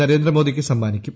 നരേന്ദ്രമോദിക്ക് സമ്മാനിക്കും